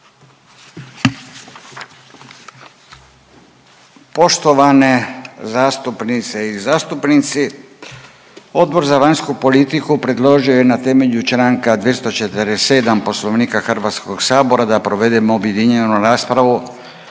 Poštovane zastupnice i zastupnici Odbor za vanjsku politiku predložio je na temelju članka 247. Poslovnika Hrvatskog sabora da provedemo objedinjenu raspravu